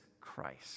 Christ